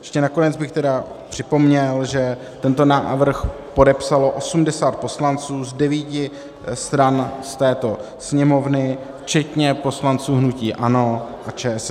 Ještě nakonec bych tedy připomněl, že tento návrh podepsalo osmdesát poslanců z devíti stran z této Sněmovny, včetně poslanců hnutí ANO a ČSSD.